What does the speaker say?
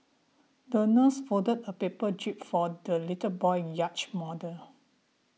the nurse folded a paper jib for the little boy's yacht model